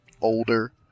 older